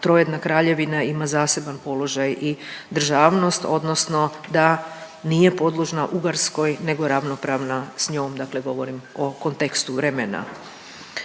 trojedna kraljevina ima zaseban položaj i državnost, odnosno da nije podložna Ugarskoj, nego ravnopravna sa njom. Dakle, govorim o kontekstu vremena